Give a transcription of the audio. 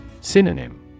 Synonym